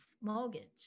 mortgage